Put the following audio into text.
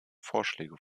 vorschläge